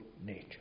nature